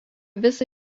visą